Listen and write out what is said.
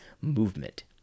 movement